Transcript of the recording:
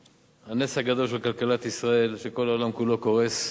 הנס הגדול של כלכלת ישראל, כשכל העולם כולו קורס.